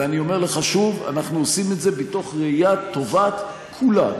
ואני אומר לך שוב: אנחנו עושים את זה מתוך ראיית טובת כולם,